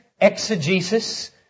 exegesis